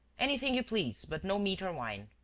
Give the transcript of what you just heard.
anything you please, but no meat or wine.